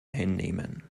hinnehmen